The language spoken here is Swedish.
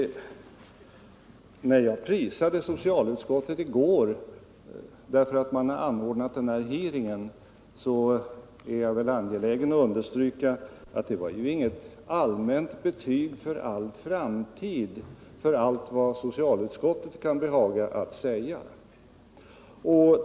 Även om jag prisade socialutskottet i går därför att man anordnade en hearing, är jag angelägen att understryka att det inte var något allmänt betyg för all framtid, för allt vad socialutskottet kan behaga säga.